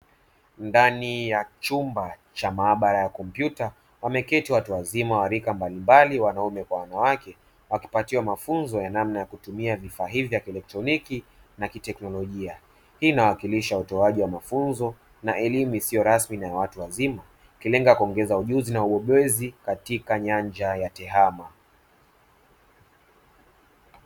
Ndani ya chumba cha maabara ya kompyuta, wameketi watu wazima wa aina mbalimbali, wanaume na wanawake, wakipatiwa mafunzo ya namna ya kutumia vifaa vya kielektroniki na kiteknolojia; hii inawakilisha utoaji wa mafunzo ya elimu isiyo rasmi kwa watu wazima, ikilenga kuongeza ujuzi na ubobezi katika nyanja ya TEHAMA.